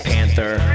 Panther